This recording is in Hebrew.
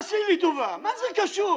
תעשי לי טובה, מה זה קשור?